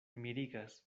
mirigas